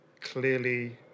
clearly